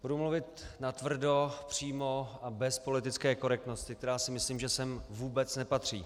Budu mluvit natvrdo, přímo a bez politické korektnosti, která sem myslím vůbec nepatří.